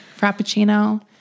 frappuccino